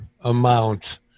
amount